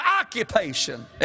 occupation